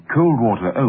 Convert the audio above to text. Coldwater